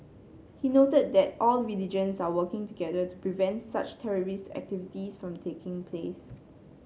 he noted that all religions are working together to prevent such terrorist activities from taking place